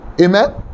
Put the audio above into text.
Amen